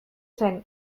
zen